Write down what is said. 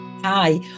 Hi